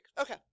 Okay